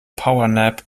powernap